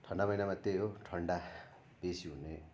ठन्डा महिनामा त्यही हो ठन्डा बेसी हुने